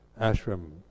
ashram